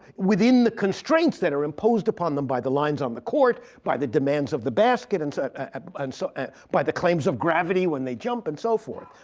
within the constraints that are imposed upon them by the lines on the court, by the demands of the basket, and and so by the claims of gravity when they jump, and so forth.